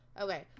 Okay